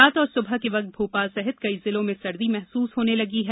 रात और सुबह के वक्त भोपाल सहित कई जिलों में सर्दी महसूस होने लगी है